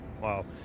Wow